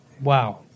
Wow